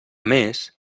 més